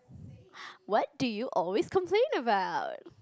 what do you always complain about